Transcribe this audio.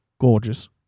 gorgeous